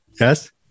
Yes